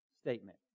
statement